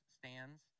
stands